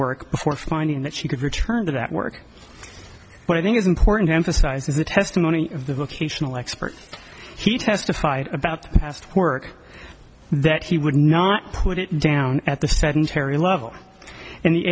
work before finding that she could return to that work but i think it's important to emphasize the testimony of the vocational expert he testified about past work that he would not put it down at the sedentary level in the